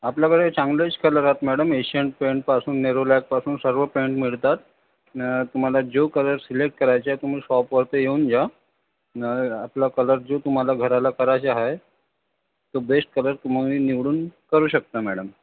आपल्याकडे चांगलेच कलर आहेत मॅडम एशियन पेंटपासून नेरोलॅकपासून सर्व पेंट मिळतात ना तुम्हाला जो कलर सिलेक्ट करायचा आहे तुम्ही शॉपवरती येऊन जा ना आपला कलर जो तुम्हाला घराला करायचा आहे तो बेश्ट कलर तुम्ही निवडून करू शकता मॅडम